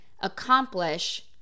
accomplish